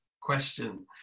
question